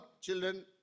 children